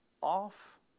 off